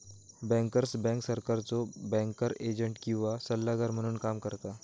bankers bank सरकारचो banker agent किंवा सल्लागार म्हणून काम करता